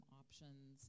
options